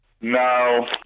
No